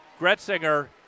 Gretzinger